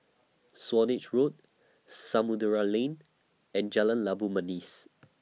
Swanage Road Samudera Lane and Jalan Labu Manis